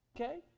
Okay